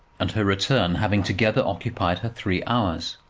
and her return having together occupied her three hours.